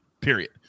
period